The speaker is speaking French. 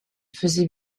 faisait